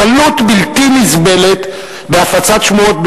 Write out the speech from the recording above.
קלות בלתי נסבלת בהפצת שמועות,